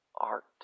art